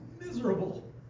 Miserable